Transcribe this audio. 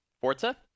forza